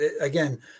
again